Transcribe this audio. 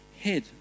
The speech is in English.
head